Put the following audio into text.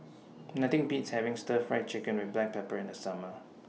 Nothing Beats having Stir Fried Chicken with Black Pepper in The Summer